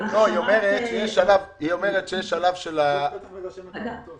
היא שאלה את רשמת העמותות